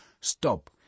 stop